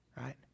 right